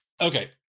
Okay